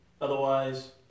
Otherwise